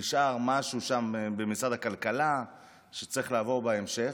נשאר משהו במשרד הכלכלה שהיה צריך לעבור בהמשך.